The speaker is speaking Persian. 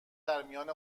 درمیان